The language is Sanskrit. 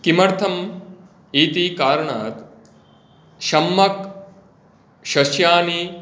किमर्थम् इति कारणात् सम्मक् षष्षानि